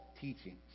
teachings